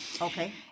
okay